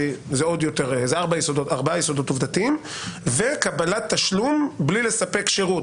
אלה ארבעה יסודות עובדתיים וקבלת תשלום בלי לספק שירות.